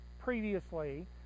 previously